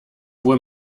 wohl